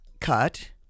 cut